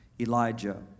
Elijah